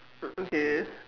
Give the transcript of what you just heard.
mm okay